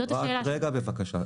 רק רגע בבקשה.